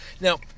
now